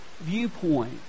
viewpoint